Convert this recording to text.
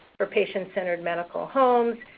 for patient-centered medical homes,